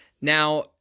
Now